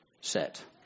set